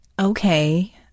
Okay